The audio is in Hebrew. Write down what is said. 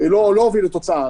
לא הוביל לתוצאה.